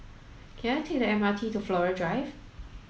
can I take the M R T to Flora Drive